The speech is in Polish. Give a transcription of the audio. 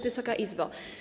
Wysoka Izbo!